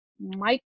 Mike